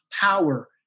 power